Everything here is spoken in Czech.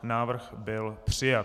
Návrh byl přijat.